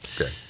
Okay